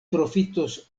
profitos